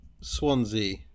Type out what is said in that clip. Swansea